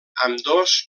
ambdós